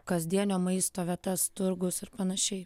kasdienio maisto vietas turgus ir panašiai